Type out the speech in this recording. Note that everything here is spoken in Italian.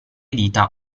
dita